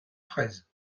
fraise